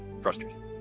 frustrated